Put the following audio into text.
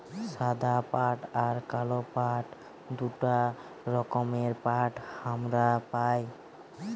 সাদা পাট আর কাল পাট দুটা রকমের পাট হামরা পাই